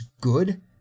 good